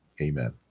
Amen